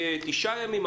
9 ימים,